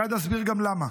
מייד אסביר גם למה.